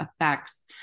effects